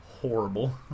horrible